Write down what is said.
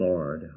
Lord